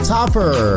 Topper